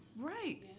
Right